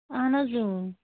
اہن حظ